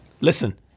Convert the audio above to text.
listen